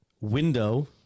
window